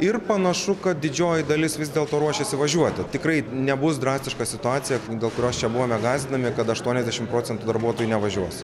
ir panašu kad didžioji dalis vis dėlto ruošiasi važiuoti tikrai nebus drastiška situacija dėl kurios čia buvome gąsdinami kad aštuoniasdešim procentų darbuotojų nevažiuos